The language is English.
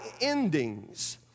endings